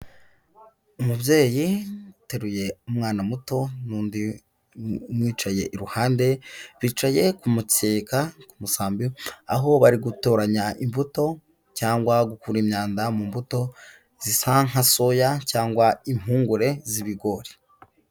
Umubyeyi uteruye umwana muto n'undi umwicaye iruhande, bicaye kumukeka, usambi aho bari gutoranya imbuto cyangwa gukura imyanda mu mbuto zisa nka soya cyangwa impungure z'ibigori.